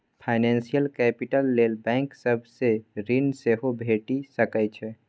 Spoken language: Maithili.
फाइनेंशियल कैपिटल लेल बैंक सब सँ ऋण सेहो भेटि सकै छै